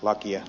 lakia